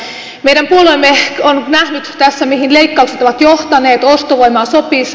meidän puolueemme on nähnyt tässä mihin leikkaukset ovat johtaneet